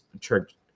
church